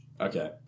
Okay